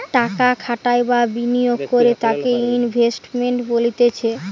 টাকা খাটাই বা বিনিয়োগ করে তাকে ইনভেস্টমেন্ট বলতিছে